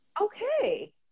okay